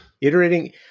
Iterating